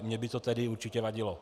Mně by to tedy určitě vadilo.